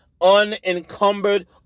unencumbered